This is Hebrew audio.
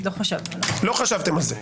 לא חשבנו על זה.